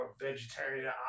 vegetarian